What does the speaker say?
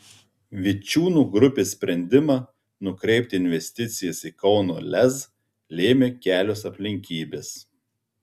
vičiūnų grupės sprendimą nukreipti investicijas į kauno lez lėmė kelios aplinkybės